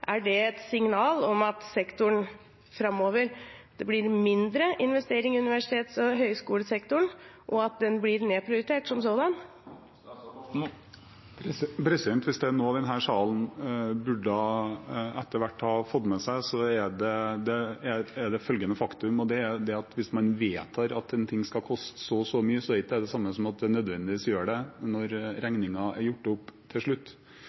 er et signal om at det blir mindre investering i universitets- og høyskolesektoren framover, at den blir nedprioritert som sådan. Hvis det er noe denne salen etter hvert burde ha fått med seg, er det følgende faktum: Hvis man vedtar at noe skal koste så og så mye, er ikke det det samme som at det nødvendigvis gjør det når regningen er gjort opp til slutt.